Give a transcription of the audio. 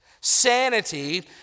Sanity